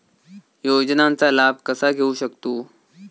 योजनांचा लाभ कसा घेऊ शकतू?